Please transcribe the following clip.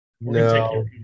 No